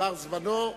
עבר זמנו,